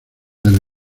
del